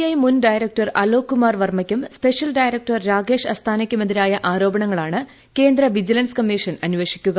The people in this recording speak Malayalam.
ഐ മുൻ ഡയറക്ടർ അലോക് കുമാർ വർമ്മയ്ക്കും സ്പെഷ്യൽ ഡയറക്ടർ രാകേഷ് അസ്താനയ്ക്കുമെതിരായ ആരോപണങ്ങളാണ് കേന്ദ്ര വിജിലൻസ് കൂമ്മീഷൻ അന്വേഷിക്കുക